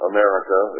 America